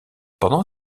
pendant